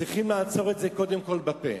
צריך לעצור את זה קודם כול בפה.